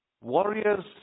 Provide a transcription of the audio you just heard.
warriors